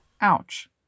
Ouch